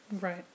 right